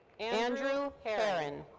andrew heren.